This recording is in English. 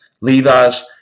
Levi's